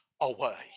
away